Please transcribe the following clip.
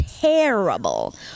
terrible